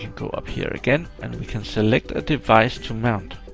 go up here again, and we can select a device to mount.